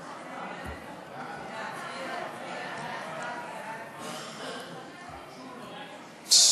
ההצעה להעביר את הצעת חוק הגנת הפרטיות (תיקון,